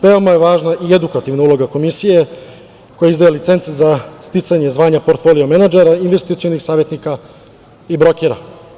Veoma je važna i edukativna uloga Komisije, koja izdaje licence za sticanja znanja portfolio menadžera, investicionih savetnika i brokera.